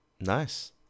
nice